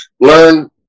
learn